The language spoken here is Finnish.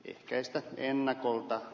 ehkäistä ennakolta